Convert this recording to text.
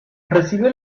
recibió